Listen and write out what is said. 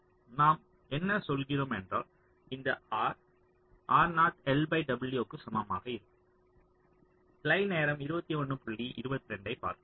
நாம் என்ன சொல்கிறோம் என்றால் இந்த R க்கு சமமாகஇருக்கும்